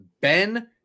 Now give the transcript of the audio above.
Ben